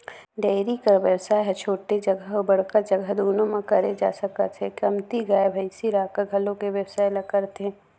dairy कर बेवसाय ह छोटे जघा अउ बड़का जघा दूनो म करे जा सकत हे, कमती गाय, भइसी राखकर घलोक ए बेवसाय ल करथे